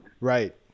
Right